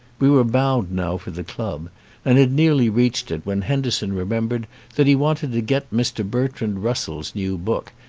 we were bound now for the club and had nearly reached it when henderson remem bered that he wanted to get mr. bertrand rus sell's new book,